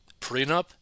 prenup